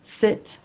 sit